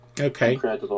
Okay